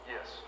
Yes